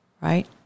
right